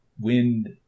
wind